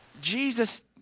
Jesus